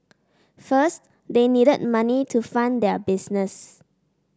first they needed money to fund their business